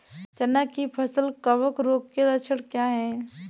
चना की फसल कवक रोग के लक्षण क्या है?